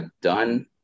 done